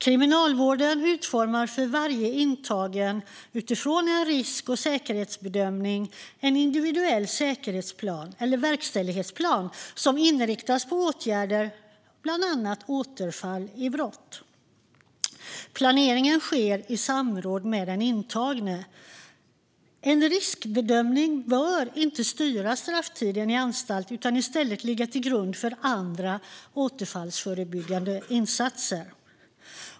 Kriminalvården utformar för varje intagen, utifrån en risk och säkerhetsbedömning, en individuell verkställighetsplan som inriktas på åtgärder mot bland annat återfall i brott. Planeringen sker i samråd med den intagne. En riskbedömning bör inte styra strafftiden i anstalt utan i stället ligga till grund för andra återfallsförebyggande insatser.